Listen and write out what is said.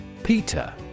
Peter